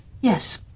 Yes